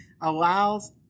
allows